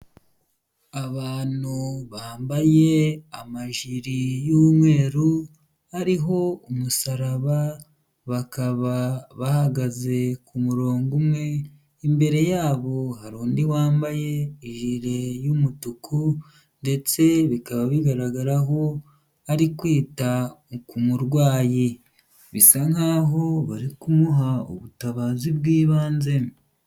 Abantu bambaye amajiri y'umweru ariho umusaraba bakaba bahagaze ku murongo umwe, imbere y'abo hari undi wambaye ijiri y'umutuku ndetse bikaba bigaragara ko ari kwita ku murwayi bisa nk'aho bari kumuha ubutabazi bw'ibanze.